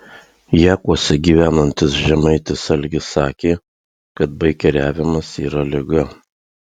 jakuose gyvenantis žemaitis algis sakė kad baikeriavimas yra liga